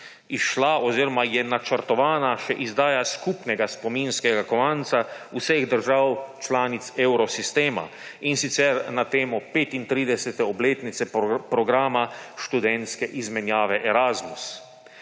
izšla oziroma je načrtovana še izdaja skupnega spominskega kovanca vseh držav članic evrosistema, in sicer na temo 35. obletnice programa študentske izmenjave Erasmus.